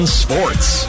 sports